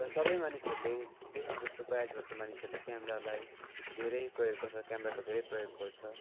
र सबै मानिसहरूले बेसी जस्तो प्राय जस्तो मानिसहरूले क्यामेरालाई धेरै प्रयोग गर्छ क्यामेराको धेरै प्रयोग गर्छ